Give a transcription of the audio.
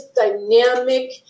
dynamic